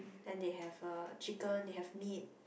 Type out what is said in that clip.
then they have uh chicken they have meat